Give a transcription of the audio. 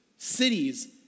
cities